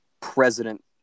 President